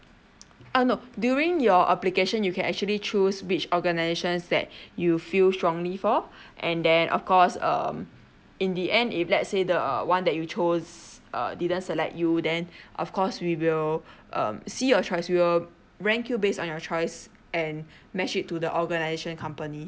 uh no during your application you can actually choose which organisations that you feel strongly for and then of course um in the end if let's say the one that you choose err didn't select you then of course we will um see your choice we will rank you based on your choice and match it to the organisation company